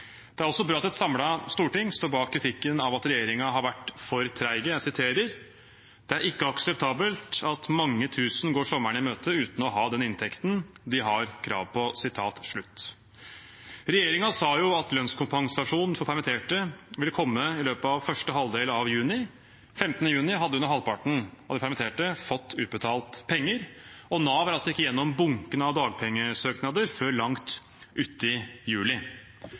Det er også bra at et samlet storting står bak kritikken om at regjeringen har vært for treg: «Det er ikke akseptabelt at mange tusen går sommeren i møte uten å ha den inntekten de har krav på.» Regjeringen sa jo at lønnskompensasjon for permitterte ville komme i løpet av første halvdel av juni. 15. juni hadde under halvparten av de permitterte fått utbetalt penger, og Nav kommer seg ikke gjennom bunkene av dagpengesøknader før lang ut i juli.